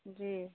जी